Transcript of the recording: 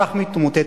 כשהאזרח מתמוטט,